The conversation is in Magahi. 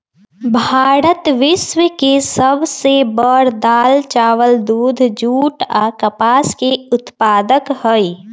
भारत विश्व के सब से बड़ दाल, चावल, दूध, जुट आ कपास के उत्पादक हई